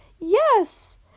Yes